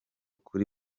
kuri